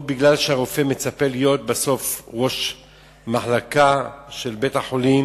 או שהרופא מצפה להיות בסוף ראש מחלקה של בית-החולים